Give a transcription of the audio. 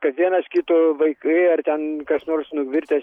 kad vienas kito vaikai ar ten kas nors nuvirtęs